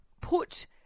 put